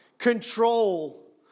control